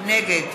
נגד